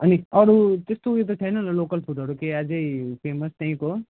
अनि अरू त्यस्तो उयो त छैन होला लोकल फुडहरू केही अझै फेमस त्यहीँको